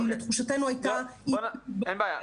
כי לתחושתנו הייתה --- אין בעיה,